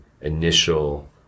initial